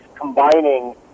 combining